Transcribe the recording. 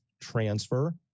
transfer